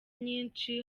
nyinshi